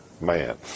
man